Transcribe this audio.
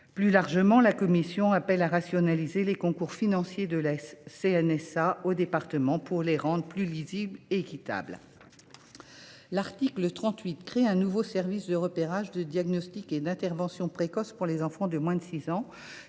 Plus largement, la commission appelle à rationaliser les concours financiers de la CNSA aux départements pour les rendre plus lisibles et équitables. L’article 38 du projet de loi vise à créer un nouveau service de repérage, de diagnostic et d’intervention précoce pour les enfants de moins de 6 ans